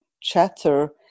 chatter